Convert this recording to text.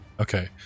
Okay